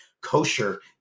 kosher